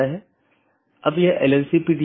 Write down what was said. हालांकि हर संदेश को भेजने की आवश्यकता नहीं है